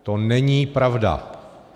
To není pravda!